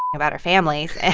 ah about our families. and